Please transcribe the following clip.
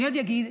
אני עוד אגיד,